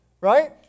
Right